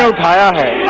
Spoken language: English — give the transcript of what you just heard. so da da